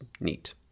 neat